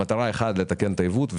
המטרה היאף (1) לתקן את העיוות,